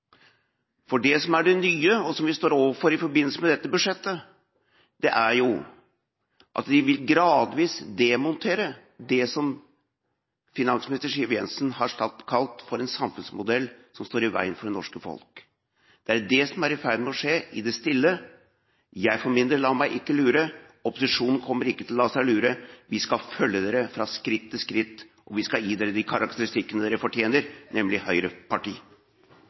ikke. Det som er det nye, og det som vi står overfor i forbindelse med dette budsjettet, er at de gradvis vil demontere det som finansminister Siv Jensen har kalt for en samfunnsmodell som står i veien for det norske folk. Det er det som er i ferd med å skje i det stille. Jeg for min del lar meg ikke lure. Opposisjonen kommer ikke til å la seg lure. Vi skal følge dere skritt for skritt, og vi skal gi dere de karakteristikkene dere fortjener, nemlig høyreparti.